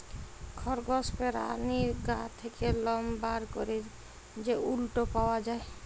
খরগস পেরানীর গা থ্যাকে লম বার ক্যরে যে উলট পাওয়া যায়